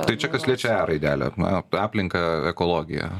tai čia kas liečia e raidelę apie aplinką ekologiją